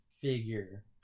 figure